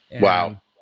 Wow